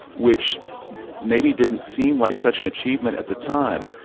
which maybe didn't seem like such an achievement at the time,